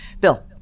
Bill